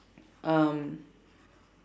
um